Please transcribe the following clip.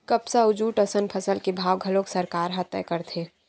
कपसा अउ जूट असन फसल के भाव घलोक सरकार ह तय करथे